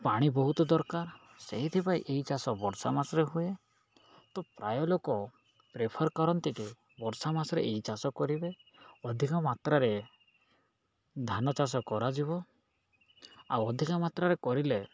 ପାଣି ବହୁତ ଦରକାର ସେଇଥିପାଇଁ ଏଇ ଚାଷ ବର୍ଷା ମାସରେ ହୁଏ ତ ପ୍ରାୟ ଲୋକ ପ୍ରେଫର୍ କରନ୍ତି ଯେ ବର୍ଷା ମାସରେ ଏଇ ଚାଷ କରିବେ ଅଧିକ ମାତ୍ରାରେ ଧାନ ଚାଷ କରାଯିବ ଆଉ ଅଧିକ ମାତ୍ରାରେ କରିଲେ